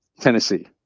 Tennessee